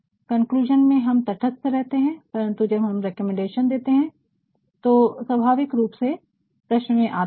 conclusion में हम तथस्त रहते है परन्तु जब आप रेकमेडेशन देते है तो स्वाभाविक रूप से प्रश्न में आते है